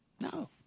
No